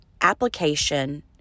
application